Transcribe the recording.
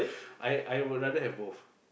I I would rather have both